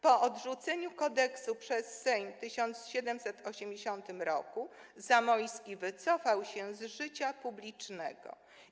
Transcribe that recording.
Po odrzuceniu kodeksu przez Sejm w 1780 r. Zamoyski wycofał się z życia publicznego.